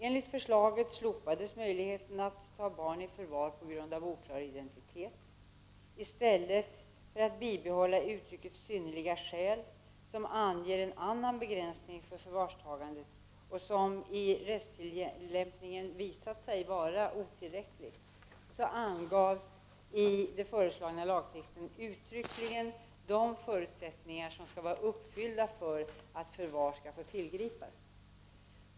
Enligt förslaget slopades möjligheten att ta barn i förvar på grund av oklar identitet. I stället för att bibehålla uttrycket ”synnerliga skäl”, som anger en allmän begränsning för förvarstagande och som i rättstillämpningen visat sig vara otillräcklig, angavs i den föreslagna lagtexten uttryckligen de förutsättningar som skall vara uppfyllda för att förvar skall få tillgripas.